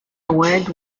award